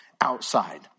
outside